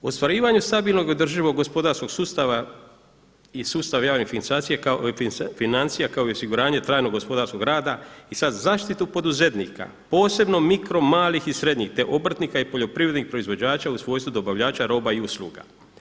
U ostvarivanju stabilnog i održivog gospodarskog sustava i sustav javnih financija kao i osiguranje trajnog gospodarskog rada i sada zaštitu poduzetnika, posebno mikro, malih i srednjih te obrtnika i poljoprivrednih proizvođača u svojstvu dobavljača roba i usluga.